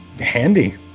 Handy